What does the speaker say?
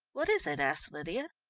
what is it? asked lydia.